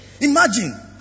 Imagine